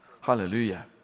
Hallelujah